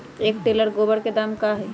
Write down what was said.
एक टेलर गोबर के दाम का होई?